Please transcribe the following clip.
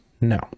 No